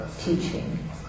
teaching